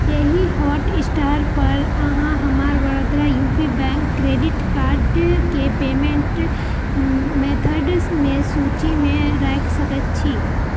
एहि हॉटस्टार पर अहाँ हमर Vadodara U P bank credit card केँ पेमेंट मेथडमे सूचीमे राखि सकैत छी